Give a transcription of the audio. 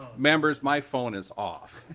members my phone is off.